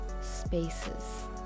spaces